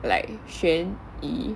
like 悬疑